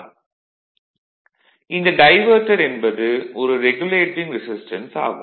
vlcsnap 2018 11 05 09h56m29s138 இந்த diverter என்பது ஒரு ரெகுலேட்டிங் ரெசிஸ்டன்ஸ் ஆகும்